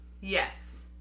Yes